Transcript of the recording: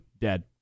Dead